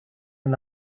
and